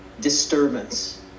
disturbance